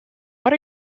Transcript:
what